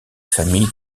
famille